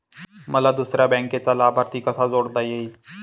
मला दुसऱ्या बँकेचा लाभार्थी कसा जोडता येईल?